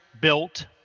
built